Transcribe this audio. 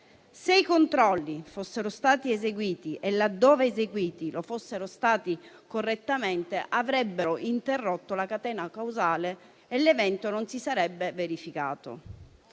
Se i controlli «fossero stati eseguiti e, laddove eseguiti, lo fossero stati correttamente, avrebbero interrotto la catena causale e l'evento non si sarebbe verificato».